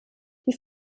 die